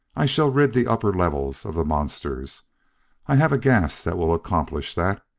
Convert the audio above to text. i shall rid the upper levels of the monsters i have a gas that will accomplish that.